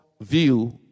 view